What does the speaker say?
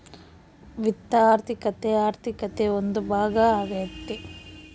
ವಿತ್ತ ಆರ್ಥಿಕತೆ ಆರ್ಥಿಕತೆ ಒಂದು ಭಾಗ ಆಗ್ಯತೆ